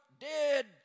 dead